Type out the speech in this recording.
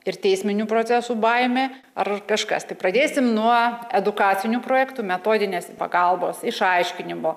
ir teisminių procesų baimė ar kažkas tai pradėsim nuo edukacinių projektų metodinės pagalbos išaiškinimo